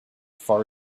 far